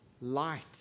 light